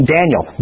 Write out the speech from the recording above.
Daniel